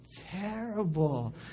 terrible